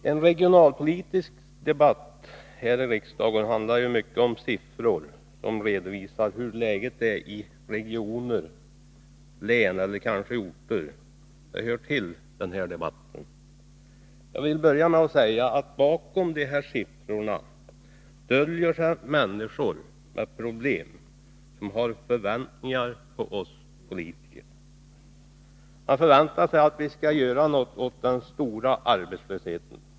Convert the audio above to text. Herr talman! En regionalpolitisk debatt här i riksdagen handlar ju mycket om siffror, som redovisar hur läget är i regioner, län eller kanske orter — det hör till denna debatt. Jag vill börja med att säga, att bakom dessa siffror döljer sig människor med problem, som har förväntningar på oss politiker. Man förväntar sig att vi skall göra något åt den stora arbetslösheten.